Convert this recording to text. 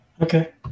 Okay